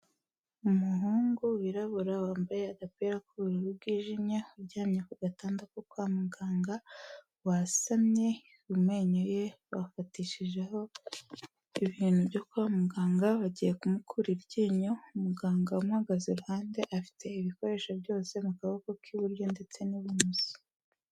Umuhungu wirabura wambaye agapira k'ubururu bwijimye, uryamye ku gatanda ko kwa muganga, wasamye, mu menyo ye bafatishijeho ibintu byo kwa muganga, bagiye kumukura iryinyo, muganga umuhagaze iruhande afite ibikoresho byose mu kaboko k'iburyo ndetse n'ibumoso.